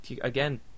again